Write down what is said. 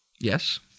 Yes